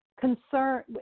concern